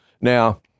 Now